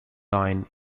line